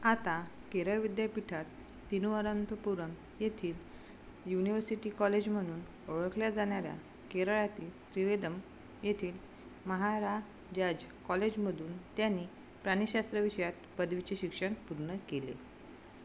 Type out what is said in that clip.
आता केरळ विद्यापीठात तिरुवनंतपुरम येथील युनिव्हर्सिटी कॉलेज म्हणून ओळखल्या जाणाऱ्या केरळातील त्रिवेंद्रम येथील महाराजाज कॉलेजमधून त्यांनी प्राणिशास्त्र विषयात पदवीचे शिक्षण पूर्ण केले